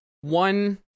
one